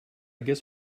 guess